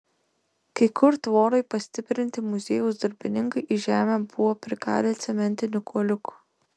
kai kur tvorai pastiprinti muziejaus darbininkai į žemę buvo prikalę cementinių kuoliukų